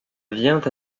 vient